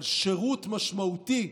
אבל שירות משמעותי,